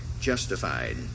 justified